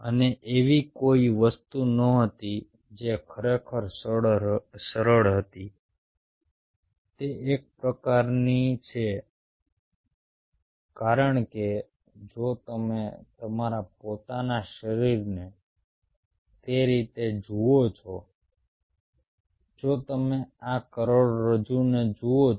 અને એવી કોઈ વસ્તુ નહોતી જે ખરેખર સરળ હતી તે એક પ્રકારની છે કારણ કે જો તમે તમારા પોતાના શરીરને તે રીતે જુઓ છો જો તમે આ કરોડરજ્જુને જુઓ છો